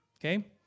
Okay